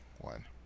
one